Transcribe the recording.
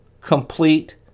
complete